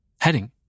Heading